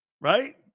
Right